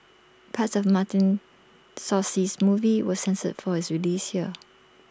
parts of Martin Scorsese's movie was censored for its release here